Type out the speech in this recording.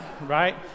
right